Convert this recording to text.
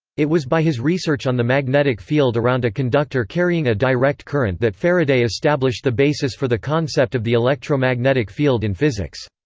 it was by his research on the magnetic field around a conductor carrying a direct current that faraday established the basis for the concept of the electromagnetic field in physics.